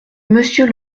monsieur